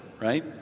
right